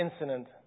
incident